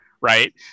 right